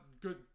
good